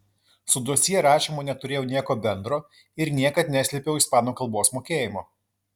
su dosjė rašymu neturėjau nieko bendro ir niekad neslėpiau ispanų kalbos mokėjimo